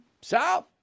south